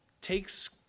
takes